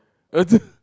uh the